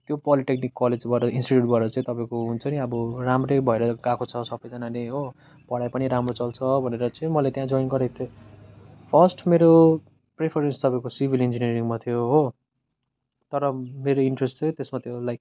त्यो पोलिटेक्निक कलेजबाट इन्स्टिट्युटबाट चाहिँ अब तपाईँको हुन्छ नि अब राम्रै भएर गएको छ सबैजना नै हो पढाइ पनि राम्रो चल्छ भनेर चाहिँ मैले त्यहाँ जोइन गरेको थिएँ फर्स्टमा चाहिँ मेरो प्रिफरेन्स चाहिँ तपाईँको सिभिल इन्जिनियरिङमा थियो हो तर मेरो इन्ट्रेस्ट चाहिँ त्यसमा थियो लाइक